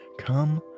come